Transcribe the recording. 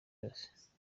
yose